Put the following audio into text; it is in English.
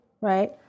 right